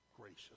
gracious